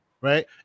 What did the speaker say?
Right